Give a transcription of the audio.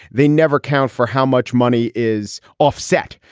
they never count for how much money is offset.